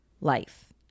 life